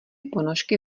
ponožky